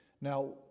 Now